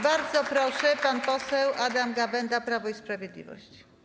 Bardzo proszę, pan poseł Adam Gawęda, Prawo i Sprawiedliwość.